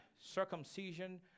circumcision